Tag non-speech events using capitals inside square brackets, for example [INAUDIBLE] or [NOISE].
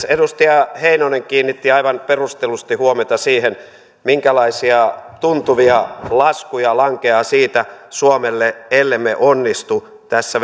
[UNINTELLIGIBLE] edustaja heinonen kiinnitti aivan perustellusti huomiota siihen minkälaisia tuntuvia laskuja lankeaa suomelle ellemme onnistu tässä [UNINTELLIGIBLE]